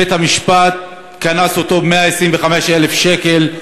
בית-המשפט קנס אותו ב-125,000 שקל,